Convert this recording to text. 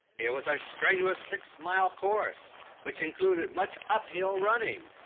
it was a strenuous six-mile course which included much uphill running.